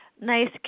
nice